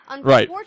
Right